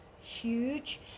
huge